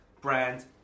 brand